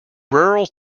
rural